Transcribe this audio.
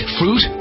fruit